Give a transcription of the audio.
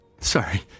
sorry